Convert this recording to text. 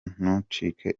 ntucike